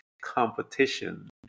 competition